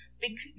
big